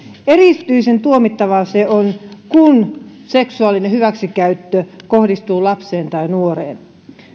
erityisen tuomittavaa se on kun seksuaalinen hyväksikäyttö kohdistuu lapseen tai nuoreen